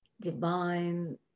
divine